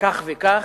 כך וכך,